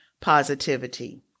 positivity